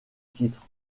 titres